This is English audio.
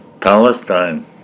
Palestine